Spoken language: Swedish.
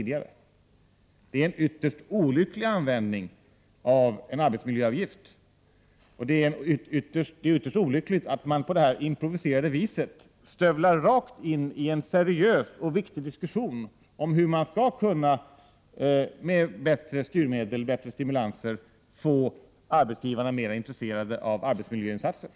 Det är en ytterst olycklig användning av en arbetsmiljöavgift. Det är även ytterst olyckligt att man på det här improviserade viset stövlar rakt in i en seriös och viktig diskussion om hur man med bättre styrmedel och bättre stimulanser skall kunna få arbetsgivarna mera intresserade av arbetsmiljöinsatser.